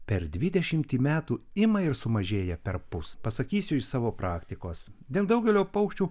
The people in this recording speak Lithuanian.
per dvidešimtį metų ima ir sumažėja perpus pasakysiu iš savo praktikos dėl daugelio paukščių